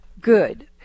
Good